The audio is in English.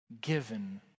given